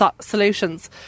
solutions